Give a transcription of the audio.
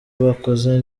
bakoze